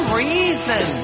reason